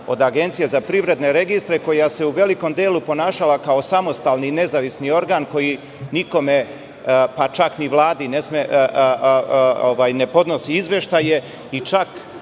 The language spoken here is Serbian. od Agencije za privredne registre koja se u velikom delu ponašala kao samostalni i nezavisni organ koji nikome, pa čak ni Vladi ne podnosi izveštaje i čak